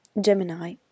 Gemini